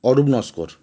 Arup Naskar